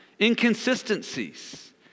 inconsistencies